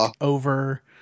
over